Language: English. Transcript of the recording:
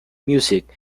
music